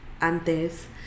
Antes